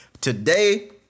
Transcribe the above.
Today